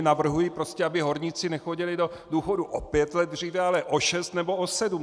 Navrhuji prostě, aby horníci nechodili do důchodu o pět let dříve, ale o šest nebo o sedm.